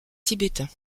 tibétain